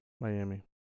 Miami